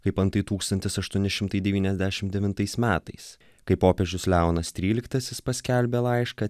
kaip antai tūkstantis aštuoni šimtai devyniasdešim devintais metais kai popiežius leonas tryliktasis paskelbė laišką